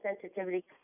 sensitivity